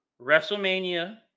WrestleMania